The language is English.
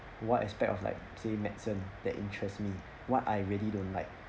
what aspect of like say medicine that interest me what I really don't like